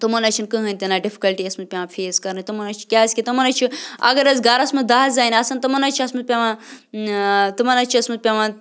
تِمَن حظ چھِنہٕ کٕہۭنۍ تہِ نَہ ڈِفکَلٹی ٲسمٕژ پٮ۪وان فیس کَرٕنۍ تِمَن حظ کیٛازِکہِ تِمَن حظ چھِ اَگر حظ گَرَس منٛز دَہ زَنہِ آسَن تِمَن حظ چھِ ٲسۍمٕتۍ پٮ۪وان تِمَن حظ چھِ ٲسۍمٕتۍ پٮ۪وان